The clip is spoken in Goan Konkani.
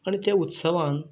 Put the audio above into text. आनी ते उत्सवांत